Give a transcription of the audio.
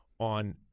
On